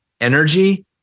energy